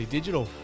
Digital